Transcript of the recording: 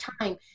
time